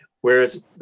whereas